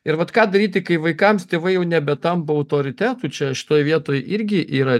ir vat ką daryti kai vaikams tėvai jau nebe tampa autoritetu čia šitoj vietoj irgi yra